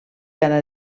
cada